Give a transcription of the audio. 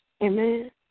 Amen